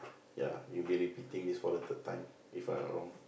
ya you've been repeating this for the third time If I not wrong